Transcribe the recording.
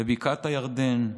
בבקעת הירדן,